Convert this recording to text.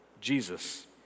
Jesus